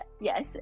Yes